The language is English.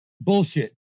Bullshit